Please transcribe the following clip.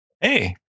Hey